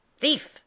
Thief